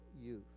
youth